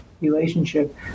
Relationship